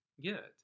get